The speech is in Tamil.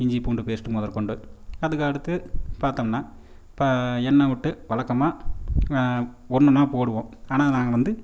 இஞ்சி பூண்டு பேஸ்ட்டு முதற்கொண்டு அதுக்கடுத்து பார்த்தோம்னா இப்போ எண்ணெய் விட்டு வழக்கமாக ஒன்றொன்னா போடுவோம் ஆனால் நான் வந்து